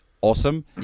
awesome